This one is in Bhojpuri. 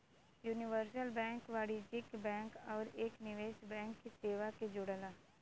यूनिवर्सल बैंक वाणिज्यिक बैंक आउर एक निवेश बैंक की सेवा के जोड़ला